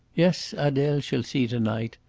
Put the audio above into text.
yes, adele shall see to-night.